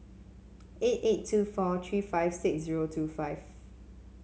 eight eight two four three five six zero two five